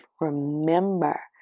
remember